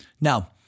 Now